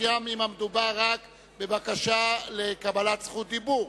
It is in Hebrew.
גם אם מדובר רק בבקשה לקבל רשות דיבור.